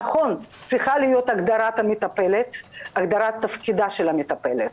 נכון שצריך להיות הגדרת תפקיד המטפלת,